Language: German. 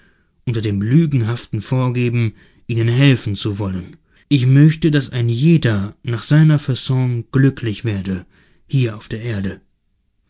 unter dem lügenhaften vorgeben ihnen helfen zu wollen ich möchte daß ein jeder nach seiner faon glücklich werde hier auf der erde